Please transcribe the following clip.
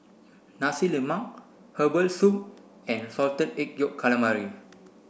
Nasi Lemak herbal soup and salted egg yolk calamari